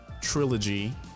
trilogy